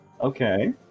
Okay